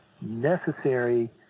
necessary